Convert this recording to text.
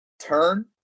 turn